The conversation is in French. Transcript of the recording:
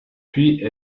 puis